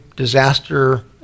disaster